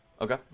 Okay